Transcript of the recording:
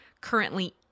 currently